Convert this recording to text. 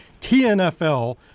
TNFL